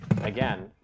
again